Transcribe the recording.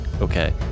Okay